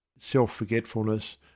self-forgetfulness